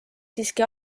siiski